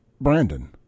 Brandon